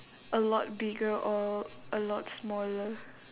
a lot bigger or a lot smaller